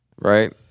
Right